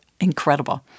incredible